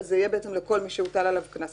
אז זה יהיה בעצם לכל מי שהוטל עליו קנס